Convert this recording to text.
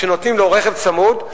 שנותנים לו רכב צמוד,